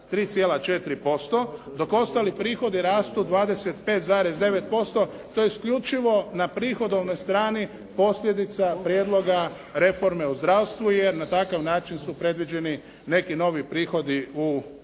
3,4% dok ostali prihodi rastu 25,9%. To je isključivo na prihodovnoj strani posljedica prijedloga reforme u zdravstvu, jer na takav način su predviđeni neki novi prihodi u zdravstvu,